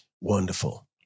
Wonderful